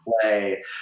play